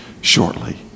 shortly